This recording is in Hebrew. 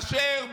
אשר,